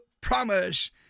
promise